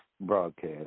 broadcast